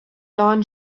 don